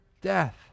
death